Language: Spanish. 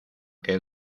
que